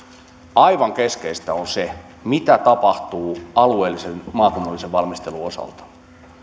aivan keskeistä on se mitä tapahtuu alueellisen maakunnallisen valmistelun osalta